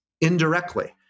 indirectly